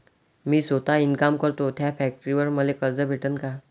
मी सौता इनकाम करतो थ्या फॅक्टरीवर मले कर्ज भेटन का?